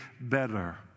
better